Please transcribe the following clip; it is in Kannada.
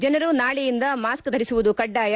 ಜನ ನಾಳೆಯಿಂದ ಮಾಸ್ಕ್ ಧರಿಸುವುದು ಕಡ್ಡಾಯ